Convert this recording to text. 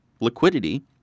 liquidity